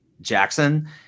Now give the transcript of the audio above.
Jackson